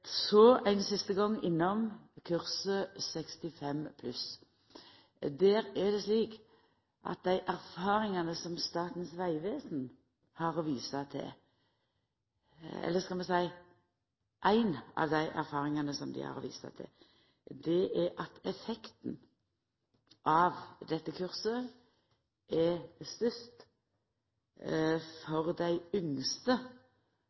så ingen store prosedyrar rundt det. Så ein siste gong innom kurset «Bilførar 65+». Der er det slik at ei av dei erfaringane som Statens vegvesen har å visa til, er at effekten av dette kurset er